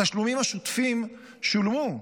התשלומים השוטפים שולמו,